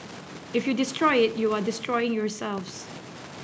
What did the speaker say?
if you destroy it you are destroying yourselves